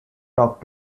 talk